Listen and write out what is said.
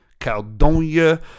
Caldonia